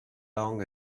long